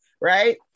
right